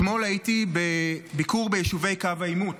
אתמול הייתי בביקור ביישובי קו העימות,